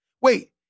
Wait